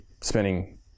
spending